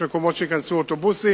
יש מקומות שייכנסו אוטובוסים.